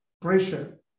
pressure